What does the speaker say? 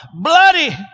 bloody